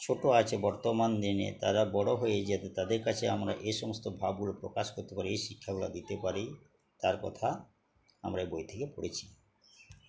ছোটো আছে বর্তমান দিনে তারা বড়ো হয়ে যাতে তাদের কাছে আমরা এ সমস্ত ভাবগুলো প্রকাশ করতে পারি এই শিক্ষাগুলা দিতে পারি তার কথা আমরা এই বই থেকে পড়েছি